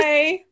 Bye